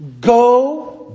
Go